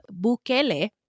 Bukele